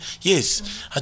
Yes